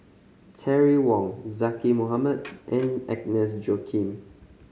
Terry Wong Zaqy Mohamad and Agnes Joaquim